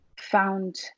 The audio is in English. found